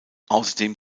außerdem